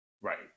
right